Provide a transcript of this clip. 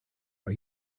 are